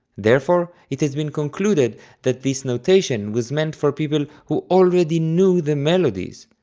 therefore, it has been concluded that this notation was meant for people who already knew the melodies,